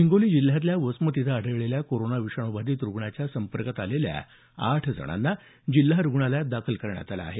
हिंगोली जिल्ह्यातल्या वसमत इथं आढळलेल्या कोरोना विषाणूबाधित रुग्णाच्या संपर्कात आलेल्या आठ जणांना जिल्हा रुग्णालयात दाखल करण्यात आलं आहे